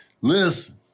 listen